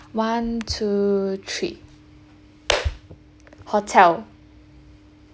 one two three hotel